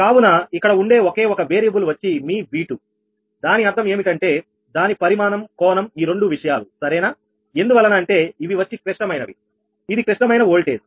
కావున ఇక్కడ ఉండే ఒకే ఒక వేరియబుల్ వచ్చి మీ V2దాని అర్థం ఏమిటంటే దాని పరిమాణం కోణం ఈ రెండు విషయాలు సరేనా ఎందువలన అంటే ఇవి వచ్చి క్లిష్టమైనవి ఇది క్లిష్టమైన వోల్టేజ్